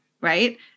Right